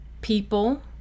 people